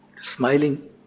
Smiling